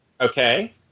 Okay